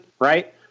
right